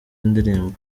indirimbo